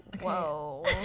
Whoa